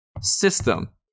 system